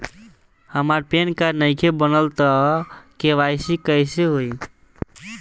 हमार PAN card नईखे बनल त के.वाइ.सी कइसे होई?